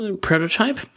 prototype